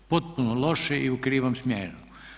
Potpuno loše i u krivom smjeru.